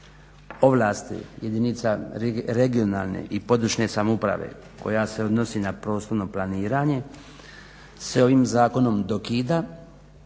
ovlasti jedinica regionalne i područne samouprave koja se odnosi na prostorno planiranje se ovim zakonom dokida,